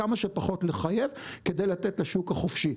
כמה שפחות לחייב, כדי לתת לשוק החופשי.